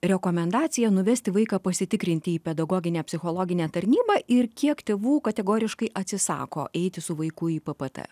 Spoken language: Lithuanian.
rekomendacija nuvesti vaiką pasitikrinti į pedagoginę psichologinę tarnybą ir kiek tėvų kategoriškai atsisako eiti su vaiku į p p t